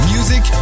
Music